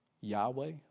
Yahweh